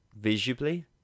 Visibly